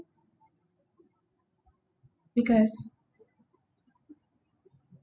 because